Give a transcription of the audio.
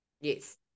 Yes